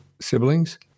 siblings